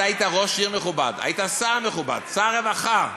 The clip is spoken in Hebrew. אתה היית ראש עיר מכובד, היית שר מכובד, שר רווחה.